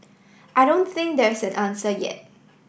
I don't think there's an answer yet